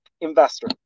investor